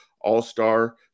all-star